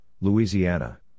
Louisiana